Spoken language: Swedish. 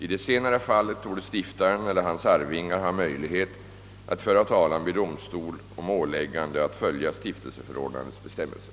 I det senare fallet torde stiftaren eller hans arvingar ha möjlighet att föra talan vid domstol om åläggande att följa stiftelseförordnandets bestämmelser.